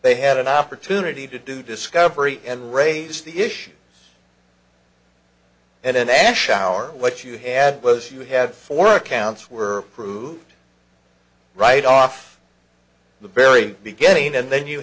they had an opportunity to do discovery and raise the issue and in ashour what you had was you have four counts were approved right off the very beginning and then you